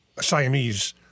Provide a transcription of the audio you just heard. Siamese